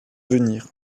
venir